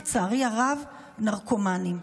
לצערי הרב, נרקומנים.